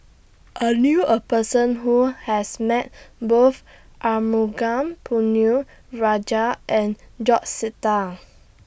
I knew A Person Who has Met Both Arumugam Ponnu Rajah and George Sita